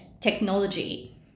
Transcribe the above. technology